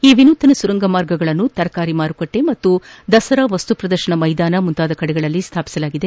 ಈ ವಿನೂತನ ಸುರಂಗ ಮಾರ್ಗಗಳನ್ನು ತರಕಾರಿ ಮಾರುಕಟ್ಟೆ ಮತ್ತು ದಸರಾ ವಸ್ತು ಪ್ರದರ್ಶನ ಮೈದಾನ ಮುಂತಾದ ಕಡೆಗಳಲ್ಲಿ ಸ್ಥಾಪನೆ ಮಾಡಲಾಗಿದೆ